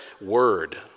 word